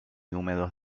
húmedos